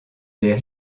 les